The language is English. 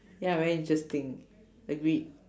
ya very interesting agreed